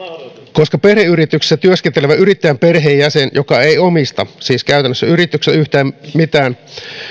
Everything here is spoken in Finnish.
koska perheyrityksessä työskentelevä yrittäjän perheenjäsen joka ei siis omista käytännössä yrityksestä yhtään mitään